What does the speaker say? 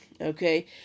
Okay